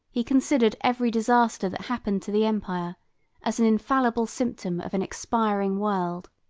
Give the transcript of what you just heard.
he considered every disaster that happened to the empire as an infallible symptom of an expiring world.